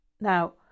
Now